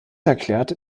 erklärt